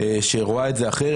שרואה את זה אחרת.